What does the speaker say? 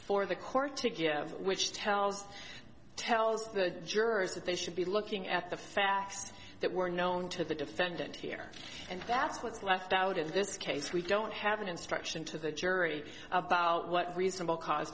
for the court to give which tells tells the jurors that they should be looking at the facts that were known to the defendant here and that's what's left out of this case we don't have an instruction to the jury about what reasonable cause